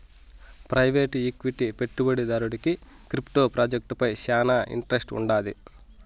private equity పెట్టుబడిదారుడికి crypto ప్రాజెక్టులపై శానా ఇంట్రెస్ట్ వుండాది